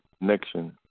connection